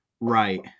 Right